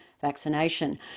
vaccination